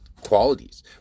qualities